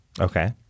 Okay